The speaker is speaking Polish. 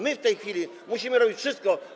My w tej chwili musimy robić wszystko.